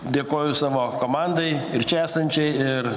dėkoju savo komandai ir čia esančiai ir